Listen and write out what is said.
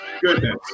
goodness